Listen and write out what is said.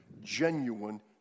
genuine